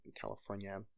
California